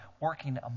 working